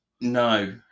No